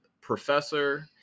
professor